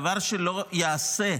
דבר שלא ייעשה.